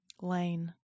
Lane